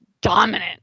dominant